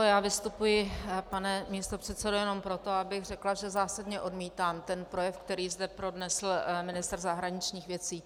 Já vystupuji, pane místopředsedo, jenom proto, abych řekla, že zásadně odmítám ten projev, který zde pronesl ministr zahraničních věcí.